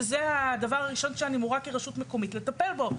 שזה הדבר הראשון שאני אמורה כרשות מקומית לטפל בו.